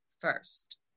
first